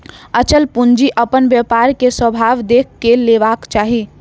अचल पूंजी अपन व्यापार के स्वभाव देख के लेबाक चाही